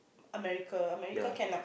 America America can lah